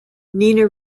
nina